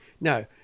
Now